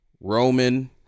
Roman